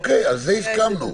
אוקיי, על זה הסכמנו.